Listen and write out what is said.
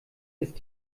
ist